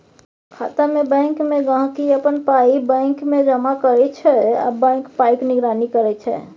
खाता बैंकमे गांहिकी अपन पाइ बैंकमे जमा करै छै आ बैंक पाइक निगरानी करै छै